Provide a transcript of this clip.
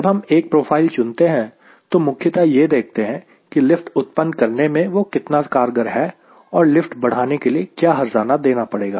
जब हम एक प्रोफाइल चुनते हैं तो मुख्यत यह देखते हैं की लिफ्ट उत्पन्न करने में वह कितना कारगर है और लिफ्ट बढ़ाने के लिए क्या हर्जाना देना पड़ेगा